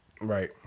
Right